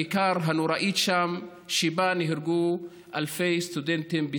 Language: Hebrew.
בכיכר הנוראית שם, שבה נהרגו אלפי סטודנטים.